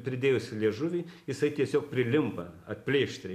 pridėjus liežuvį jisai tiesiog prilimpa atplėšt